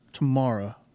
tomorrow